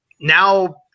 now